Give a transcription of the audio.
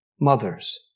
mothers